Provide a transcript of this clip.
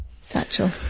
satchel